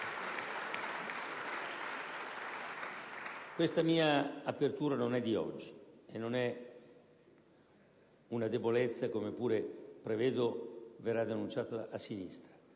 Questa mia apertura non è di oggi, e non è una debolezza, come pure prevedo verrà denunciata a sinistra.